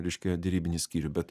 reiškia derybinį skyrių bet